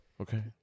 Okay